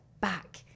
back